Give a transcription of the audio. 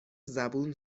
زبون